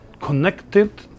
connected